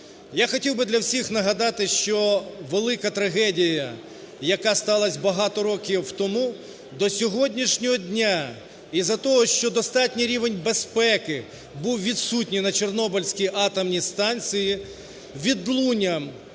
Я хотів би для всіх нагадати, що велика трагедія, яка сталася багато років тому, до сьогоднішнього дня із-за того, що достатній рівень безпеки був відсутній на Чорнобильській атомній станції, відлуння